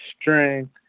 strength